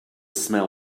smell